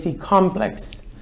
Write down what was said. complex